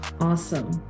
Awesome